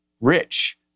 rich